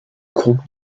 groupe